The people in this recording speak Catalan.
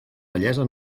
bellesa